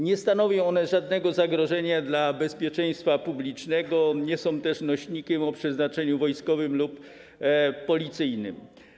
Nie stanowią one żadnego zagrożenia dla bezpieczeństwa publicznego, nie są też nośnikiem o przeznaczeniu wojskowym lub policyjnym.